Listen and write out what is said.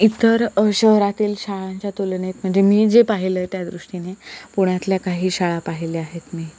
इतर शहरातील शाळांच्या तुलनेत म्हणजे मी जे पाहिलं आहे त्या दृष्टीने पुण्यातल्या काही शाळा पाहिल्या आहेत मी